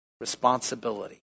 responsibility